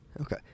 Okay